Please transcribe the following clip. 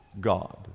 God